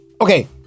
okay